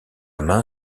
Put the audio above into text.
main